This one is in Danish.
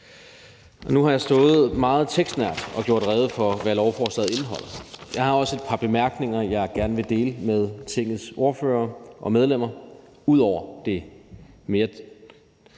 Nu har jeg stået og meget tekstnært gjort rede for, hvad lovforslaget indeholder. Jeg har også et par bemærkninger, jeg gerne vil dele med Tingets ordførere og øvrige medlemmer, ud over det mere